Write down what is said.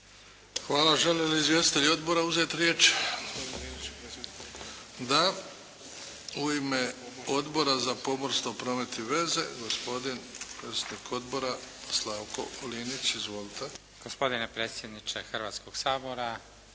Hvala. Žele li izvjestitelji odbora uzeti riječ? Da. U ime Odbora za pomorstvo, promet i veze, gospodin predsjednik odbora Slavko Linić. Izvolite. **Linić, Slavko (SDP)** Gospodine predsjedniče Hrvatskog sabora,